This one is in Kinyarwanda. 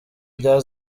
rya